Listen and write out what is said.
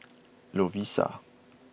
Lovisa